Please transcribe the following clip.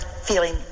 feeling